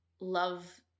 love